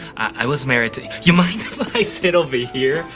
i was married to you mind if i sit over here?